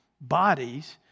bodies